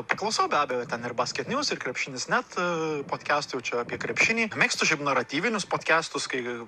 paklausau be abejo ten ir basketnews ir krepšinis net podkestų jau čia apie krepšinį mėgstu šiaip naratyvinius podkestus kai